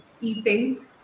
eating